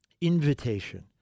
invitation